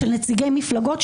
של נציגי מפלגות,